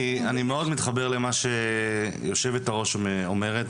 אני מאוד מתחבר למה שהיושבת-ראש אומרת.